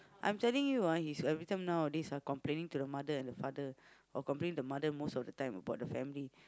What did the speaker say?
I'm telling you ah he's everytime nowadays ah complaining to the mother and the father or complaining to the mother most of the time about the family